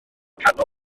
canol